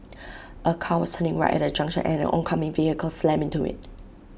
A car was turning right at A junction and an oncoming vehicle slammed into IT